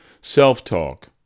Self-talk